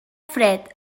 fred